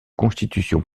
constitution